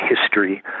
history